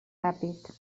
ràpid